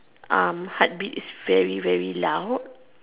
heartbeat is very very loud